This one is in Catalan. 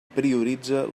prioritza